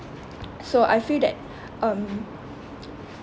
so I feel that um